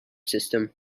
system